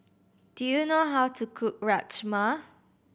do you know how to cook Rajma